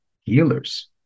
healers